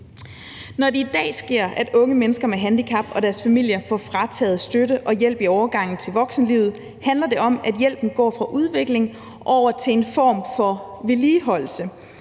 Når det i dag sker, at unge mennesker med handicap og deres familier får frataget støtte og hjælp i overgangen til voksenlivet, så handler det om, at hjælpen går fra udvikling over til en form for vedligeholdelse.